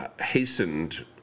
hastened